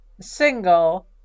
single